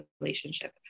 relationship